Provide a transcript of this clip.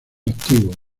activos